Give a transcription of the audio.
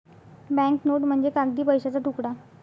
bank note म्हणजे कागदी पैशाचा तुकडा